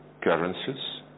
currencies